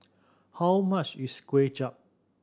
how much is Kway Chap